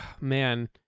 man